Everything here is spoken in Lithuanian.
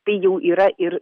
tai jau yra ir